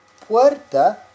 puerta